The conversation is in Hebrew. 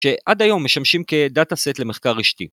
שעד היום משמשים כדאטה סט למחקר רשתי.